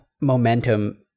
momentum